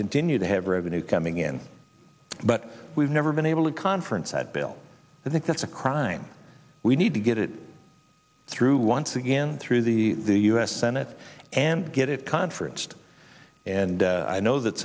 continue to have revenue coming in but we've never been able to conference that bill i think that's a crime we need to get it through once again through the the us senate and get it conference and i know that